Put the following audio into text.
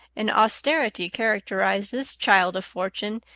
and austerity characterized this child of fortune,